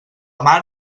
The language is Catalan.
mar